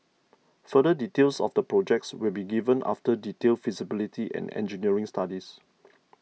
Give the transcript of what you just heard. further details of the projects will be given after detailed feasibility and engineering studies